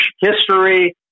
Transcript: history